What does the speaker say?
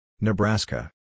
Nebraska